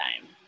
time